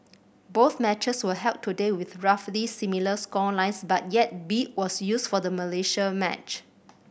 both matches were held today with roughly similar score lines but yet 'beat' was used for the Malaysia match